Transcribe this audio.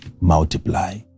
multiply